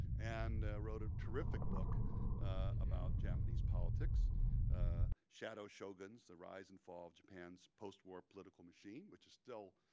and wrote a terrific book about japanese politics shadow shoguns, the rise and fall of japan's postwar political machine which is still,